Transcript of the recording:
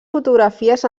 fotografies